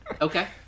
Okay